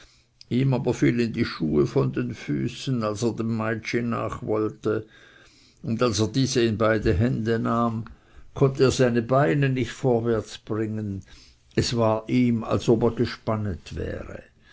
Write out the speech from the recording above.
ihm aber fielen die schuhe von den füßen als er dem meitschi nach wollte und als er diese in beide hände nahm konnte er seine beine nicht vorwärtsbringen es war ihm als ob er gspannet wäre